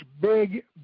big